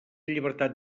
llibertat